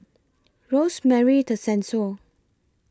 Rosemary Tessensohn